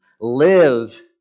Live